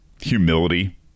Humility